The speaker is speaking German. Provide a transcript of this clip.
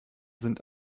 sind